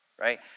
right